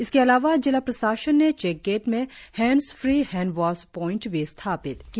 इसके अलावा जिला प्रशासन ने चेक गेट में हैंडस्फ्री हैंड वाश पॉईंट भी स्थापित किया